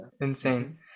insane